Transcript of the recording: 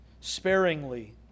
sparingly